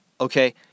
Okay